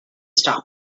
stop